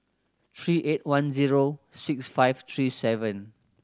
three eight one zero six five three seven